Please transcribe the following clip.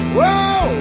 Whoa